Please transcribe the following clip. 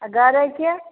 आओर गरइके